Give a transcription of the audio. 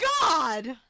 God